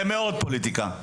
זה מאוד פוליטיקה.